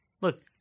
Look